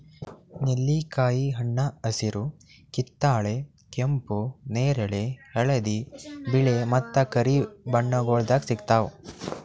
ನೆಲ್ಲಿಕಾಯಿ ಹಣ್ಣ ಹಸಿರು, ಕಿತ್ತಳೆ, ಕೆಂಪು, ನೇರಳೆ, ಹಳದಿ, ಬಿಳೆ ಮತ್ತ ಕರಿ ಬಣ್ಣಗೊಳ್ದಾಗ್ ಸಿಗ್ತಾವ್